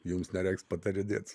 jums nereiks patarinėt